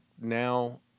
now